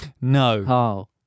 No